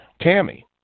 Tammy